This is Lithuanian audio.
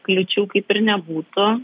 kliūčių kaip ir nebūtų